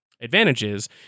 advantages